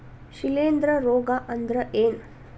ಶಿಲೇಂಧ್ರ ರೋಗಾ ಅಂದ್ರ ಏನ್?